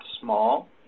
small